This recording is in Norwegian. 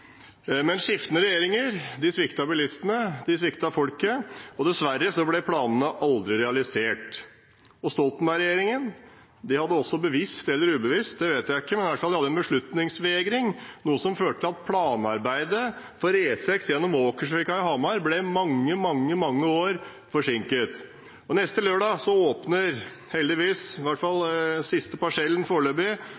Men skiftende regjeringer sviktet bilistene, de sviktet folket, og dessverre ble planene aldri realisert. Stoltenberg-regjeringen hadde også – bevisst eller ubevisst, det vet jeg ikke – en beslutningsvegring, noe som førte til at planarbeidet for E6 gjennom Åkersvika i Hamar ble mange, mange, mange år forsinket. Neste lørdag åpner heldigvis